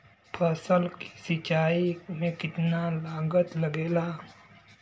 फसल की सिंचाई में कितना लागत लागेला?